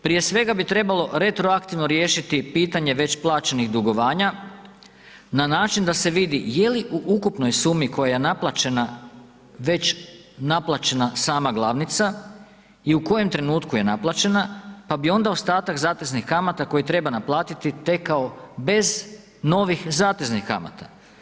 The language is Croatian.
Prije svega bi trebalo retroaktivno riješiti pitanje već plaćenih dugovanja na način da se vidi je li u ukupnoj sumi koja je naplaćena već naplaćena sama glavnica i u kojem trenutku je naplaćena pa bi onda ostatak zateznih kamata koje treba naplatiti tekao bez novih zateznih kamata.